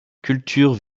cultures